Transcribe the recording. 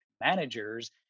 Managers